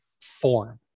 form